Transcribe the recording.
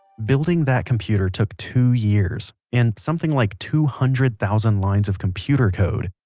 building that computer took two years, and something like two hundred thousand lines of computer code.